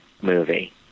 movie